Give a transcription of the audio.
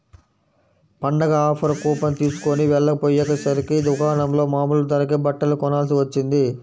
పండగ offer coupon తీస్కొని వెళ్ళకపొయ్యేసరికి దుకాణంలో మామూలు ధరకే బట్టలు కొనాల్సి వచ్చింది